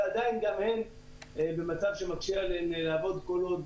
ועדיין גם הן במצב שמקשה עליהן לעבוד כל עוד